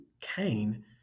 Cain